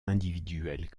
individuelles